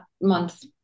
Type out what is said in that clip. month